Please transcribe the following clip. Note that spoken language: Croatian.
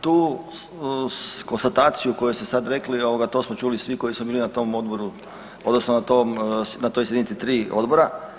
Tu konstataciju koju ste sad rekli, to smo čuli svi koji smo bili na tom odboru odnosno na toj sjednici tri odbora.